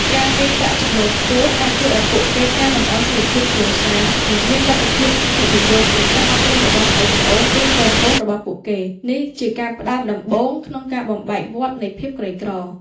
ការមានប្រាក់ចំណូលខ្ពស់ អាចជួយឱ្យពួកគេកែលម្អជីវភាពគ្រួសារ និងមានលទ្ធភាពវិនិយោគលើការអប់រំរបស់ប្អូនៗ ឬកូនៗរបស់ពួកគេ។ នេះជាការផ្តើមដំបូងក្នុងការបំបែកវដ្តនៃភាពក្រីក្រ។